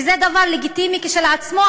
וזה דבר לגיטימי כשלעצמו,